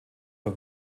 für